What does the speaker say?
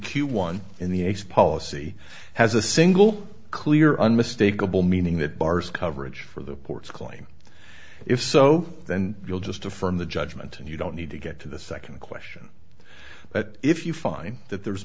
q one in the ace policy has a single clear unmistakable meaning that bars coverage for the ports claim if so then you'll just affirm the judgment and you don't need to get to the second question but if you find that there